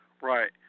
Right